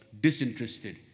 disinterested